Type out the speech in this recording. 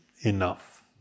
enough